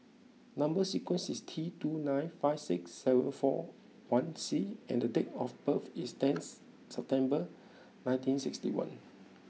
number sequence is T two nine five six seven four one C and date of birth is tenth September nineteen sixty one